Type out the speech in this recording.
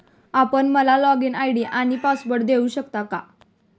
आपण मला login ID आणि पासवर्ड देऊ शकता का?